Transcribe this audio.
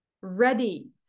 ready